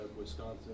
Wisconsin